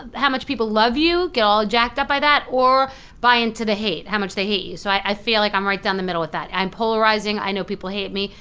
ah how much people love you, get all jacked up by that, or buy into the hate, how much they hate you. so i feel like i'm right down the middle with that. i'm polarizing, i know people hate me,